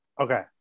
okay